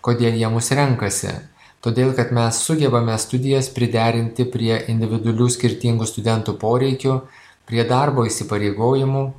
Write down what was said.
kodėl jie mus renkasi todėl kad mes sugebame studijas priderinti prie individualių skirtingų studentų poreikių prie darbo įsipareigojimų